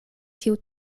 tiu